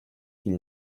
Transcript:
qu’il